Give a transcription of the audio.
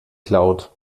cloud